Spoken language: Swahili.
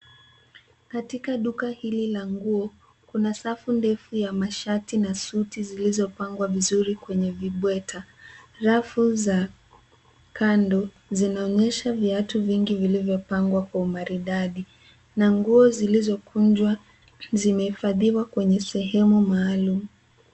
Katika duka hili la nguo, kuna safu ndefu ya mashati na suti zilizopangwa vizuri kwenye vibweta. Rafu za kando zinaonyesha viatu vingi vilivyopangwa kwa umaridadi na nguo zilizokunjwa zimehifadhiwa kwenye sehemu maalum.